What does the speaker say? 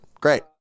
Great